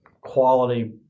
quality